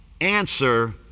answer